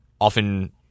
often